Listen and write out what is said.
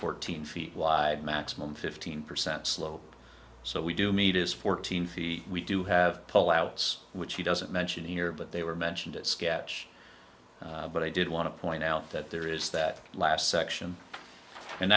fourteen feet wide maximum fifteen percent slope so we do meters fourteen feet we do have pull outs which he doesn't mention here but they were mentioned at sketch but i did want to point out that there is that last section and